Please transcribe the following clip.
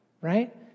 right